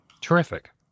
Terrific